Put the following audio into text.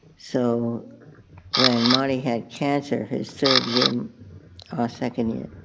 so when molly had cancer, his third year or second year,